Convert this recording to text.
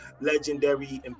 legendary